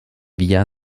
via